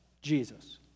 Jesus